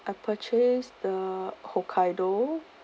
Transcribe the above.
I purchased the hokkaido